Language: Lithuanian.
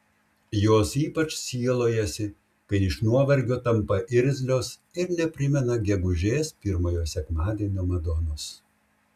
jos ypač sielojasi kai iš nuovargio tampa irzlios ir neprimena gegužės pirmojo sekmadienio madonos